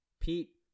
Pete